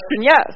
yes